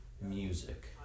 music